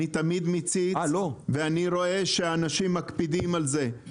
אני תמיד מציץ ואני רואה שאנשים מקפידים על זה.